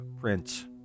Prince